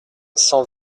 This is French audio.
cent